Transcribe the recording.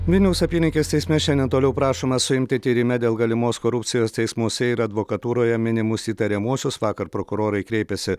vilniaus apylinkės teisme šiandien toliau prašoma suimti tyrime dėl galimos korupcijos teismuose ir advokatūroje minimus įtariamuosius vakar prokurorai kreipėsi